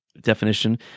definition